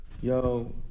Yo